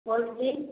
कोन चीज